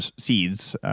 seeds,